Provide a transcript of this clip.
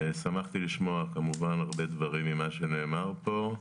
שמחתי לשמוע כמובן הרבה דברים ממה שנאמר פה.